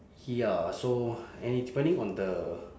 ya so and it depending on the